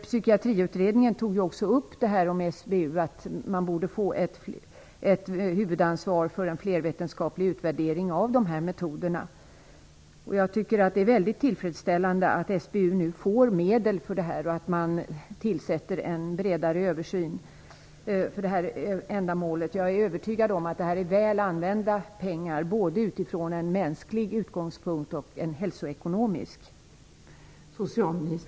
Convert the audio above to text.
Psykiatriutredningen tog upp frågan med SBU att man skulle ges ett huvudansvar för en flervetenskaplig utvärdering av metoderna. Det är tillfredsställande att SBU får medel och att det skall göras en bredare översyn. Jag är övertygad om att det är väl använda pengar, både utifrån en mänsklig och en hälsoekonomisk utgångspunkt.